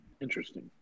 Interesting